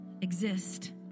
exist